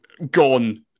gone